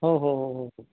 हो हो हो हो हो